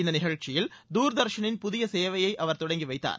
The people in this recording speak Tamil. இந்த நிகழ்ச்சியில் தூர்தர்ஷனின் புதிய சேவையை அவர் தொடங்கி வைத்தார்